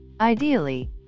Ideally